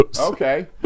okay